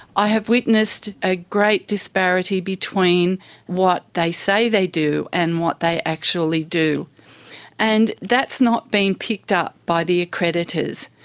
i have witnessed a great disparity between what they say they do and what they actually do and that's not being picked up by the accreditors.